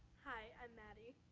hi, i'm maddie.